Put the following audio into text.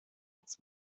its